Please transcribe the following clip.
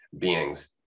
beings